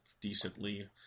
decently